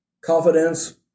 confidence